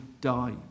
die